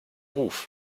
ruf